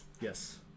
yes